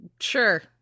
Sure